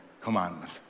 commandment